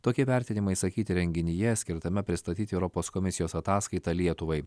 tokie vertinimai išsakyti renginyje skirtame pristatyti europos komisijos ataskaitą lietuvai